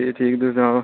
एह् ठीक तुस सनाओ